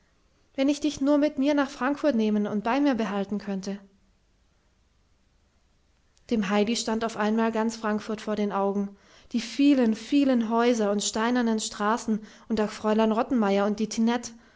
wenn ich dich nur mit mir nach frankfurt nehmen und bei mir behalten könnte dem heidi stand auf einmal ganz frankfurt vor den augen die vielen vielen häuser und steinernen straßen und auch fräulein rottenmeier und die